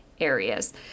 areas